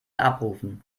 abrufen